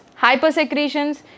hypersecretions